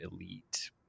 elite